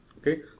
Okay